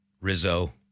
Rizzo